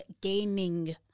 gaining